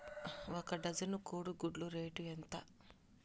ఒక డజను కోడి గుడ్ల రేటు ఎంత?